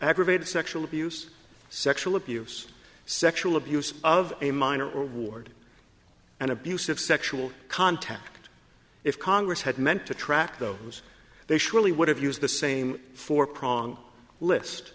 aggravated sexual abuse sexual abuse sexual abuse of a minor or ward and abusive sexual contact if congress had meant to track those they surely would have used the same four prong list